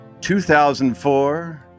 2004